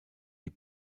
die